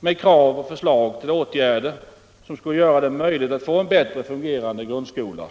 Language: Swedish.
med krav på förslag till åtgärder som skulle göra det möjligt att få en bättre fungerande grundskola.